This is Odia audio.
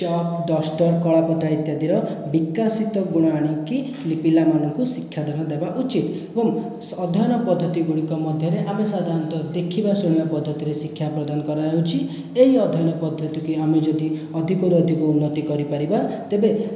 ଚକ୍ ଡଷ୍ଟର କଳାପଟା ଇତ୍ୟାଦିର ବିକଶିତ ଗୁଣ ଆଣିକି ପିଲାମାନଙ୍କୁ ଶିକ୍ଷାଦାନ ଦେବା ଉଚିତ୍ ଏବଂ ଅଧ୍ୟୟନ ପଦ୍ଧତିଗୁଡ଼ିକ ମଧ୍ୟରେ ଆମେ ସାଧାରଣତଃ ଦେଖିବା ଶୁଣିବା ପଦ୍ଧତିରେ ଶିକ୍ଷା ପ୍ରଦାନ କରାଯାଉଛି ଏହି ଅଧ୍ୟୟନ ପଦ୍ଧତିକୁ ଆମେ ଯଦି ଅଧିକରୁ ଅଧିକ ଉନ୍ନତି କରିପାରିବା ତେବେ